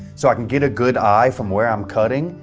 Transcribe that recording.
so i can get a good eye from where i'm cutting,